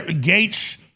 Gates